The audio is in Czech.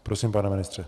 Prosím, pane ministře.